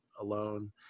alone